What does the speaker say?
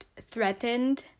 threatened